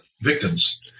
victims